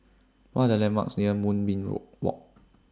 What Are The landmarks near Moonbeam Road Walk